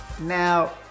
Now